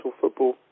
football